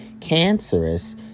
cancerous